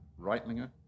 reitlinger